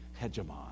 hegemon